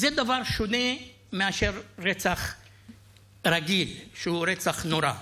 זה דבר שונה מאשר רצח "רגיל", שהוא רצח נורא.